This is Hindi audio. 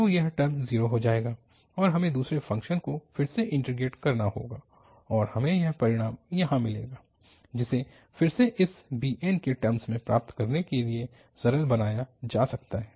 तो यह टर्म 0 हो जाएगा और हमें दूसरे फ़ंक्शन को फिर से इन्टीग्रेट करना होगा और हमें यह परिणाम यहाँ मिलेगा जिसे फिर से इस bn के टर्म में प्राप्त करने के लिए सरल बनाया जा सकता है